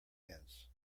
ends